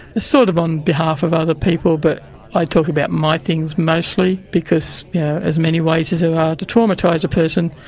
it's sort of on behalf of other people but i talk about my things mostly, because yeah as many ways as there are to traumatise a person,